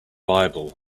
bible